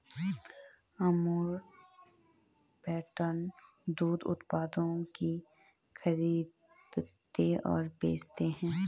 Amul pattern दूध उत्पादों की खरीदते और बेचते है